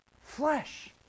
Flesh